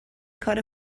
کار